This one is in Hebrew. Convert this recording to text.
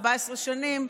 14 שנים,